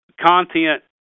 Content